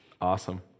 Awesome